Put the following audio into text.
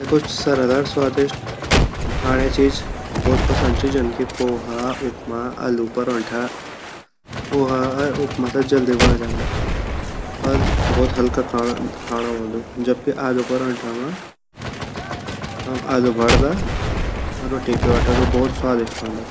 मेते कुछ सरल अर स्वादिष्ट खांडे चीज़ भोत पसंद ची जन की पोहा उपमा अल्लू परोंठा, पोहा अर उपमा ता जल्दी बंड जांदा अर भोत हल्का खांडो वोंदु जबकि अल्लू परौंठा मा हम अल्लू भरदा रोटी प्योट अर ऊ भोत स्वादिष्ट वोन्दु।